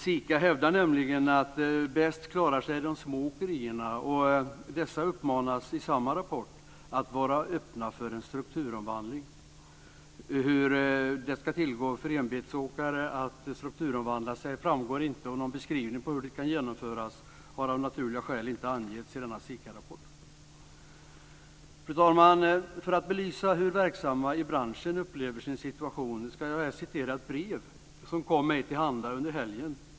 SIKA hävdar nämligen att de små åkerierna klarar sig bäst. Dessa uppmanas i samma rapport att vara öppna för en strukturomvandling. Hur det ska gå till att strukturomvandla för enbilsåkare framgår inte, och någon beskrivning av hur det kan genomföras har av naturliga skäl inte givits i denna SIKA Fru talman! För att belysa hur verksamma i branschen upplever sin situation ska jag här citera ett brev som kom till mig under helgen.